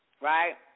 Right